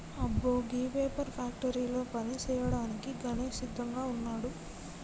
అబ్బో గీ పేపర్ ఫ్యాక్టరీల పని సేయ్యాడానికి గణేష్ సిద్దంగా వున్నాడు